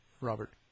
Robert